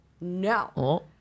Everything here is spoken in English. No